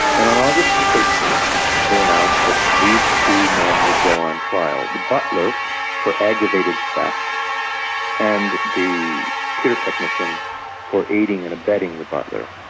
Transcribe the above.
and on august thirteen they announced that these two men would go on trial the butler for aggravated theft and the computer technician for aiding and abetting the butler.